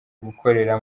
gukorera